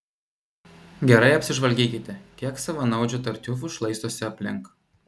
gerai apsižvalgykite kiek savanaudžių tartiufų šlaistosi aplink